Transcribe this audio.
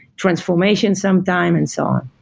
transformation sometime and so on.